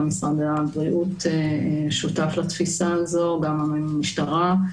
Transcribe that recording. גם משרד הבריאות שותף לתפיסה הזו וגם המשטרה.